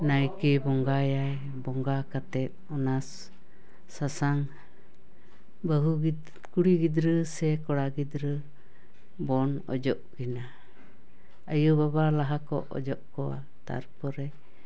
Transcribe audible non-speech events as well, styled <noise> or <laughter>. ᱱᱟᱭᱠᱮᱭ ᱵᱚᱸᱜᱟᱭᱟ ᱵᱚᱸᱜᱟ ᱠᱟᱛᱮᱫ ᱚᱱᱟ ᱥᱟᱥᱟᱝ ᱵᱟᱹᱦᱩ ᱜᱤᱫᱽ <unintelligible> ᱠᱩᱲᱤ ᱜᱤᱫᱽᱨᱟᱹ ᱥᱮ ᱠᱚᱲᱟ ᱜᱤᱫᱽᱨᱟᱹ ᱵᱚᱱ ᱚᱡᱚᱜ ᱠᱤᱱᱟ ᱟᱭᱳ ᱵᱟᱵᱟ ᱞᱟᱦᱟ ᱠᱚ ᱚᱡᱚᱜ ᱠᱚᱣᱟ ᱛᱟᱨᱯᱚᱨᱮ